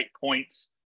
points